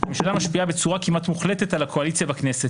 הממשלה משפיעה בצורה כמעט מוחלטת על הקואליציה בכנסת,